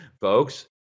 Folks